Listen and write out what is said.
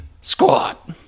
squat